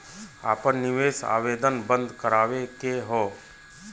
आपन निवेश आवेदन बन्द करावे के हौ?